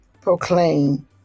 proclaim